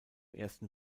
ersten